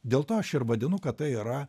dėl to aš ir vadinu kad tai yra